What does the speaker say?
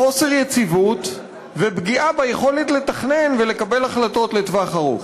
חוסר יציבות ופגיעה ביכולת לתכנן ולקבל החלטות לטווח ארוך.